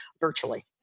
virtually